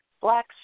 black